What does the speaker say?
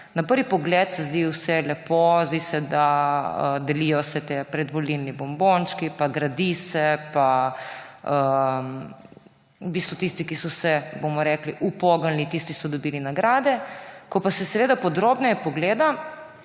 Na prvi pogled se zdi vse lepo. Zdi se, da se delijo predvolilni bombončki, pa gradi se, tisti, ki so se, bomo rekli, upognili, so dobili nagrade. Ko pa se podrobneje pogleda,